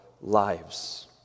lives